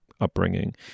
upbringing